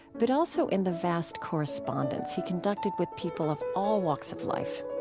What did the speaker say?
but also in the vast correspondence he conducted with people of all walks of life.